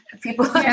People